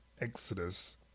exodus